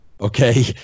okay